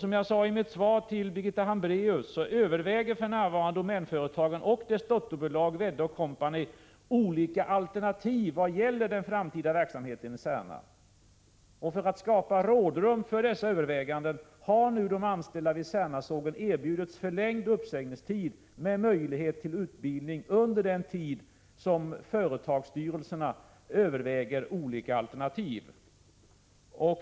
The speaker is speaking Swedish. Som jag sade i mitt svar till Birgitta Hambraeus överväger för närvarande Domänföretagen och dess dotterbolag Wedde & Co olika alternativ vad gäller den framtida verksamheten i Särna. För att skapa rådrum har nu de anställda vid Särnasågen erbjudits förlängd uppsägningstid med möjlighet till utbildning under den tid som företagsstyrelserna överväger dessa alternativ.